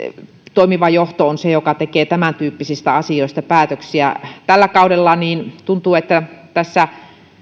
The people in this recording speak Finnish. toimiva johto on se joka tekee tämäntyyppisistä asioista päätökset tällä kaudella tuntuu että